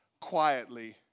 quietly